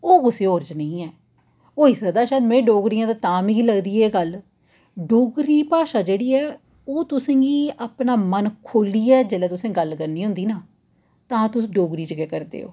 ओह् कुसै होर च नेईं ऐ होई सकदा शायद में डोगरी आं ते तां मिगी लगदी ऐ गल्ल डोगरी भाशा जेह्ड़ी ऐ ओह् तुसें ई अपना मन खोह्लियै जेल्लै तुसें गल्ल करनी होंदी ऐ न तां तुस डोगरी च गै करदे ओ